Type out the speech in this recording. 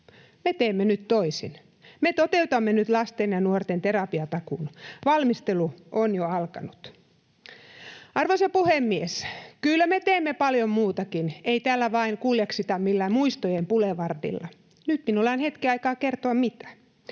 Me teemme nyt toisin. Me toteutamme nyt lasten ja nuorten terapiatakuun. Valmistelu on jo alkanut. Arvoisa puhemies! Kyllä me teemme paljon muutakin, ei täällä vain kuljeksita millään muistojen bulevardilla. Nyt minulla on hetki aikaa kertoa, mitä: